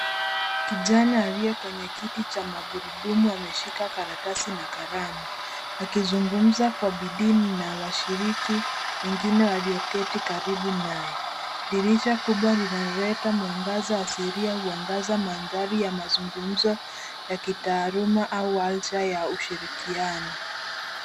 Kijana aliye kwenye kiti cha magurudumu ameshika karatasi na kalamu akizungumza kwa bidii na washiriki wengine walioketi karibu naye. Dirisha kubwa linaleta mwangaza asilia huangaza mandahari ya mazungumzo ya kitaaluma au uwanja wa ushirikiano.